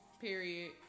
period